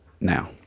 now